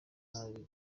nabi